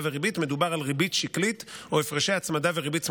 וריבית" מדובר על "ריבית שקלית" או "הפרשי הצמדה וריבית צמודה",